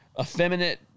effeminate